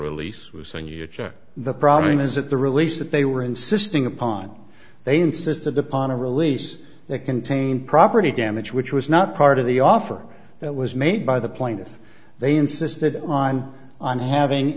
release was saying you checked the problem is that the release that they were insisting upon they insisted upon a release that contain property damage which was not part of the offer that was made by the plaintiff they insisted on on having